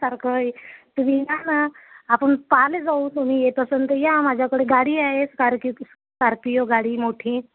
सारखं एक तुम्ही या ना आपण पाहायला जाऊ तुम्ही येत असेन तर या माझ्याकडे गाडी आहे स्कार्पि स्कार्पिओ गाडी मोठी